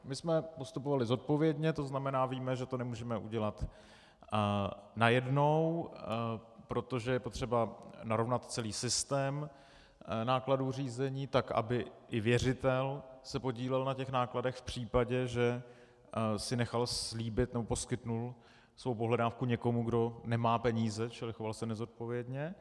My jsme postupovali zodpovědně, to znamená, víme, že to nemůžeme udělat najednou, protože je potřeba narovnat celý systém nákladů řízení tak, aby i věřitel se podílel na těch nákladech v případě, že si nechal slíbit nebo poskytl svou pohledávku někomu, kdo nemá peníze, čili choval se nezodpovědně.